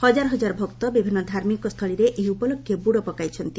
ହଜାର ହଜାର ଭକ୍ତ ବିଭିନ୍ନ ଧାର୍ମିକ ସ୍ଥଳୀରେ ଏହି ଉପଲକ୍ଷେ ବୁଡ଼ ପକାଇଛନ୍ତି